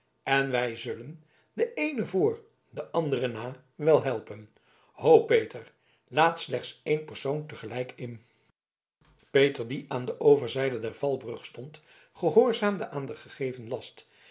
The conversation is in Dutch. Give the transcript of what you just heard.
en wij zullen den eenen voor den anderen na wel helpen ho peter laat slechts één persoon te gelijk in peter die aan de overzijde der valbrug stond gehoorzaamde aan den gegeven last